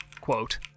quote